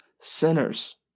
sinners